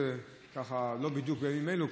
זה לא בדיוק בימים אלו,